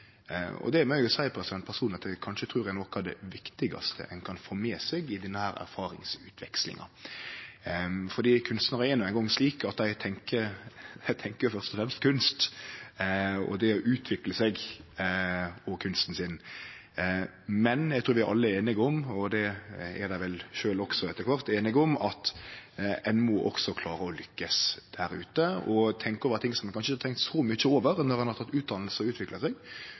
og det må eg seie personleg at eg trur kanskje er noko av det viktigaste ein kan få med seg i denne erfaringsutvekslinga. Kunstnarar er no ein gong slik at dei tenkjer først og fremst kunst og det å utvikle seg og kunsten sin, men eg trur vi alle er einige om – og det er dei vel sjølve også etter kvart einige om – at ein også må klare å lykkast der ute, og tenkje over ting som ein kanskje ikkje har tenkt så mykje over når ein har teke utdanning og utvikla seg,